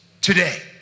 today